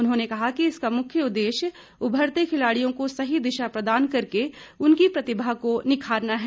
उन्होंने कहा कि इसका मुख्य उद्देश्य उभरते खिलाड़ियों को सही दिशा प्रदान करके उनकी प्रतिभा को निखारना है